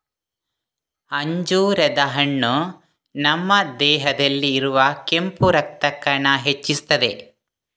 ಅಂಜೂರದ ಹಣ್ಣು ನಮ್ಮ ದೇಹದಲ್ಲಿ ಇರುವ ಕೆಂಪು ರಕ್ತ ಕಣ ಹೆಚ್ಚಿಸ್ತದೆ